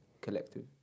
collective